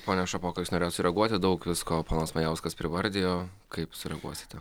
pone šapoka jūs norėjot sureaguoti daug visko ponas majauskas privardijo kaip sureaguosite